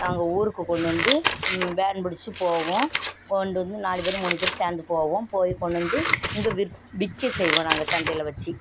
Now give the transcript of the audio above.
நாங்கள் ஊருக்கு கொண்டு வந்து வேன் பிடிச்சி போவோம் கொண்டு வந்து நாலு பேர் மூணு பேர் சேர்ந்து போவோம் போய் கொண்டு வந்து இங்கே விற் விற்க செய்வோம் நாங்கள் சந்தையில் வச்சு